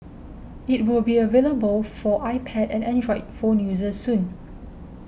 it will be available for iPad and Android phone users soon